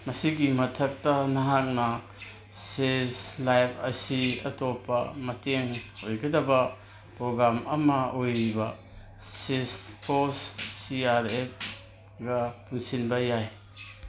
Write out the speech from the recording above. ꯃꯁꯤꯒꯤ ꯃꯊꯛꯇ ꯅꯍꯥꯛꯅ ꯆꯦꯁ ꯂꯥꯏꯐ ꯑꯁꯤ ꯑꯇꯣꯞꯄ ꯃꯇꯦꯡ ꯑꯣꯏꯒꯗꯕ ꯄ꯭ꯔꯣꯒꯥꯝ ꯑꯃ ꯑꯣꯏꯔꯤꯕ ꯆꯤꯁ ꯄꯣꯁ ꯁꯤ ꯑꯥꯔ ꯑꯦꯐꯒ ꯄꯨꯁꯤꯟꯕ ꯌꯥꯏ